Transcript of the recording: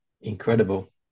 incredible